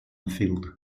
field